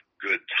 good